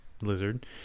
lizard